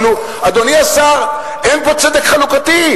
אדוני השר, אפילו אין פה צדק חלוקתי.